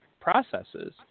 processes